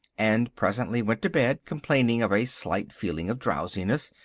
and presently went to bed complaining of a slight feeling of drowsiness,